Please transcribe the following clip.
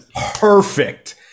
perfect